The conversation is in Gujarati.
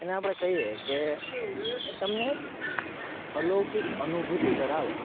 એને આપણે કહીએ કે એ તમને એક અલૌકિક અનુભૂતિ કરાવે